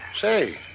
Say